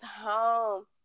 home